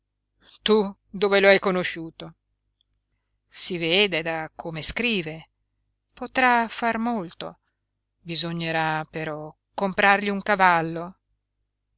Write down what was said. tu dove lo hai conosciuto si vede da come scrive potrà far molto bisognerà però comprargli un cavallo